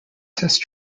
test